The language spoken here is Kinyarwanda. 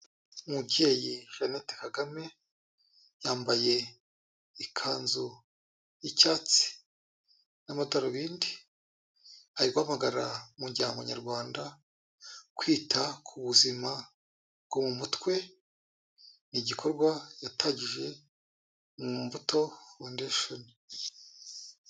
Umubyeyi Jeanette Kagame, yambaye ikanzu y'icyatsi n'amadarubindi, ari guhamagara umuryango Nyarwanda kwita ku buzima bwo mu mutwe, ni igikorwa yatangije mu Mbuto Foundation.